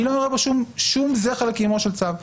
אני לא אראה בו שום זכר לקיומו של צו.